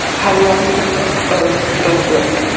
how long to look, or don't look.